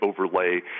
overlay